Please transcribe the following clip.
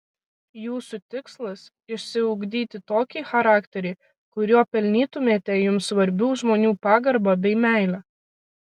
jūsų tikslas išsiugdyti tokį charakterį kuriuo pelnytumėte jums svarbių žmonių pagarbą bei meilę